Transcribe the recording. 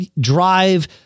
drive